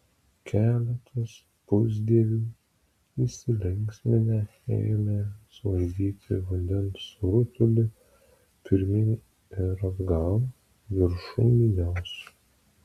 keletas pusdievių įsilinksminę ėmė svaidyti vandens rutulį pirmyn ir atgal viršum minios